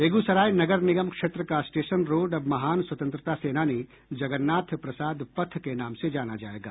बेगूसराय नगर निगम क्षेत्र का स्टेशन रोड अब महान स्वतंत्रता सेनानी जगन्नाथ प्रसाद पथ के नाम से जाना जायेगा